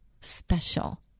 special